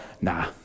nah